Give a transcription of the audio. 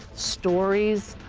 stories,